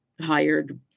hired